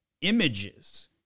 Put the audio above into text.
Images